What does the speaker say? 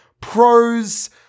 Pros